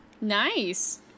nice